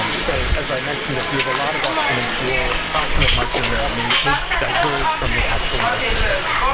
um so as i mentioned if you have a lot of estimates your approximate margin of error may may diverge from the actual margin of error.